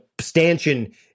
stanchion